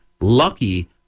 lucky